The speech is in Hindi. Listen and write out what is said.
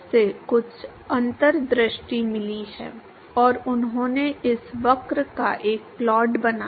यद्यपि आपको पता होना चाहिए कि कुछ सैद्धांतिक भविष्यवाणियों को सत्यापित करने के लिए किस अनुभवजन्य दृष्टिकोण का उपयोग किया गया था